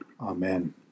Amen